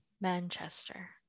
Manchester